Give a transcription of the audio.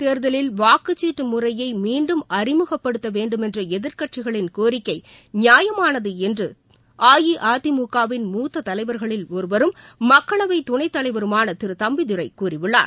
தேர்தலில் வாக்குச்சீட்டுழுறையைமீண்டும் மக்களவைத் அறிமுகப்படுத்தவேண்டுமென்றஎதிர்க்கட்சிகளின் கோரிக்கைநியாயமானதுஎன்றுஅஇஅதிமுக வின் முத்ததலைவர்களில் ஒருவரும் மக்களவைத் துணைத் தலைவருமானதிருதம்பிதுரைகூறியுள்ளார்